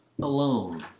alone